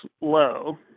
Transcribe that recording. low